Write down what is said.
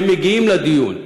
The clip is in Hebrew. והם מגיעים לדיון.